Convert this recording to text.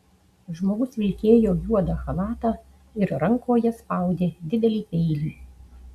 žmogus vilkėjo juodą chalatą ir rankoje spaudė didelį peilį